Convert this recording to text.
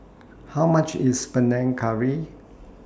How much IS Panang Curry